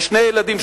לשני ילדים,